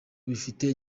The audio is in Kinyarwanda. bifite